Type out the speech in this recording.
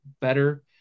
better